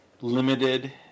Limited